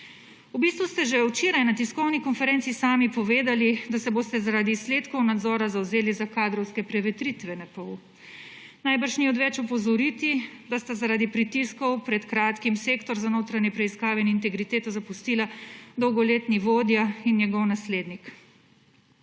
V bistvu ste že včeraj na tiskovni konferenci sami povedali, da se boste zaradi izsledkov nadzora zavzeli za kadrovske prevetritve NPU. Najbrž ni odveč opozoriti, da sta zaradi pritiskov pred kratkim Sektor za notranje preiskave in integriteto zapustila dolgoletni vodja in njegov naslednik.